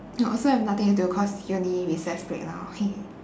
oh also I have nothing to do cause uni recess break now